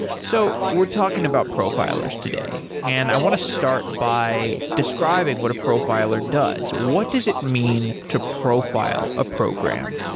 so we're talking about profilers today, and i want to start by describing what a profiler does. what does it mean to profile a program?